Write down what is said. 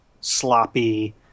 sloppy